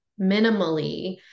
minimally